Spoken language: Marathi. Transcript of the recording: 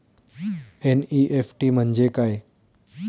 एन.ई.एफ.टी म्हणजे काय?